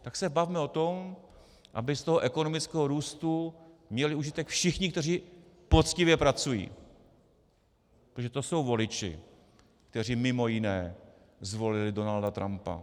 Tak se bavme o tom, aby z toho ekonomického růstu měli užitek všichni, kteří poctivě pracují, protože to jsou voliči, kteří mimo jiné zvolili Donalda Trumpa.